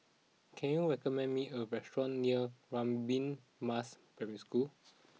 can you recommend me a restaurant near Radin Mas Primary School